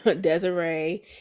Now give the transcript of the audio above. Desiree